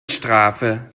strafe